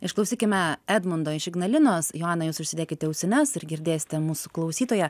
išklausykime edmundo iš ignalinos joana jūs užsidėkite ausines ir girdėsite mūsų klausytoją